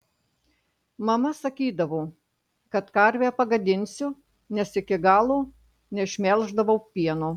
mama sakydavo kad karvę pagadinsiu nes iki galo neišmelždavau pieno